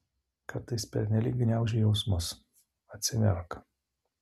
kartais pernelyg gniauži jausmus atsiverk